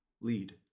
lead